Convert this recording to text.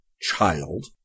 CHILD